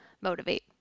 motivate